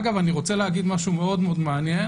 אגב, אני רוצה להגיד משהו מאוד מאוד מעניין.